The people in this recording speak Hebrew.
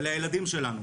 אלה הילדים שלנו.